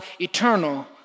eternal